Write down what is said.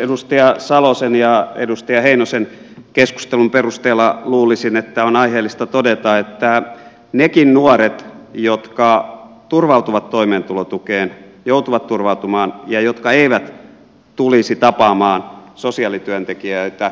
edustaja salosen ja edustaja heinosen keskustelun perusteella luulisin että on aiheellista todeta että nekään nuoret jotka turvautuvat toimeentulotukeen joutuvat turvautumaan ja jotka eivät tulisi tapaamaan sosiaalityöntekijöitä